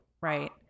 right